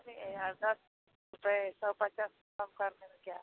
अरे यार दस रुपये सौ पचास कम करने में क्या है